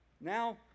Now